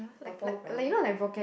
purple brown